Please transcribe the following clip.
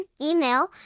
email